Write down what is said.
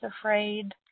afraid